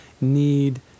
need